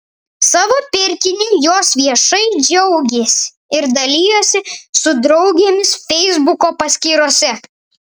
savo pirkiniu jos viešai džiaugėsi ir dalijosi su draugėmis feisbuko paskyrose